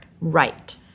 Right